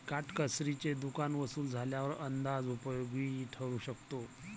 काटकसरीचे दुकान वसूल झाल्यावर अंदाज उपयोगी ठरू शकतो